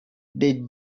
they